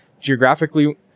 geographically